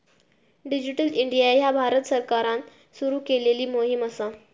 digital India ह्या भारत सरकारान सुरू केलेली मोहीम असा